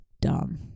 dumb